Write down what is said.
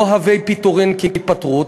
לא הרי פיטורים כהתפטרות.